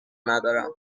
ندارم